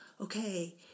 okay